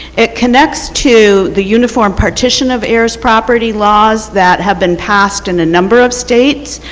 it connects to the uniform partition of ayers property laws that have been passed in a number of states.